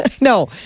No